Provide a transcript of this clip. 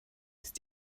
ist